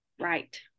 Right